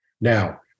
Now